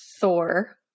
Thor